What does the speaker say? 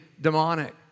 demonic